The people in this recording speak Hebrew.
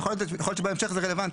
יכול להיות שבהמשך זה רלוונטי.